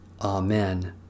Amen